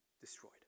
destroyed